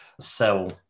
sell